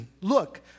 Look